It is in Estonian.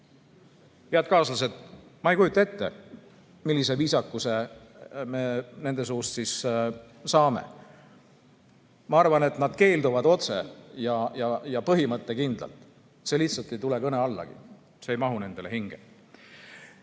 head kaaslased, ma ei kujuta ette, millise viisakuse me nende suust siis saame. Ma arvan, et nad keelduvad otse ja põhimõttekindlalt. See lihtsalt ei tule kõne allagi. See ei mahu nendele hinge.